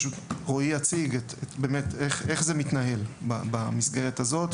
רועי יציג איך זה מתנהל במסגרת הזו,